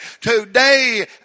today